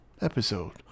episode